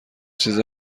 چیز